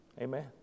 Amen